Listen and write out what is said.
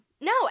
no